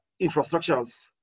infrastructures